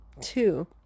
two